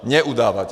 Mě udáváte!